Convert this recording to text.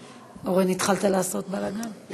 אורן, התחלת לעשות בלגן?